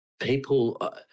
people